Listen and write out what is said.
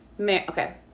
Okay